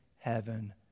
heaven